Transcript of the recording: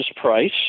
price